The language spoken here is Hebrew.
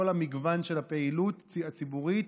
כל המגוון של הפעילות הציבורית,